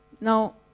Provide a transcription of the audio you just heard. Now